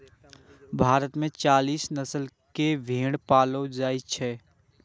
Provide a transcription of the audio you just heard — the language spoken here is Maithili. भारत मे चालीस नस्ल के भेड़ पाओल जाइ छै